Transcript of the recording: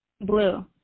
Blue